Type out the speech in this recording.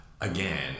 again